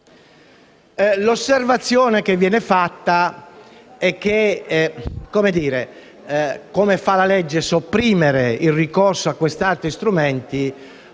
L'osservazione che viene fatta è che come la legge sopprime il ricorso a questi altri strumenti